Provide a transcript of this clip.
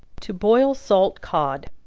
to boil salt cod.